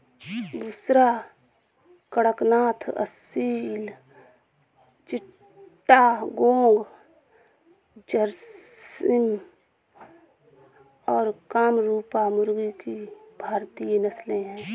बुसरा, कड़कनाथ, असील चिट्टागोंग, झर्सिम और कामरूपा मुर्गी की भारतीय नस्लें हैं